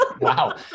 Wow